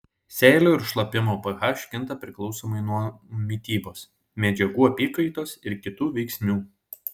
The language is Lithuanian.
seilių ir šlapimo ph kinta priklausomai nuo mitybos medžiagų apykaitos ir kitų veiksnių